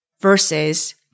versus